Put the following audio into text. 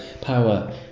power